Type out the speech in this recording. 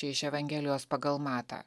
čia iš evangelijos pagal matą